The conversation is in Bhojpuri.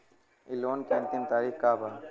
इ लोन के अन्तिम तारीख का बा?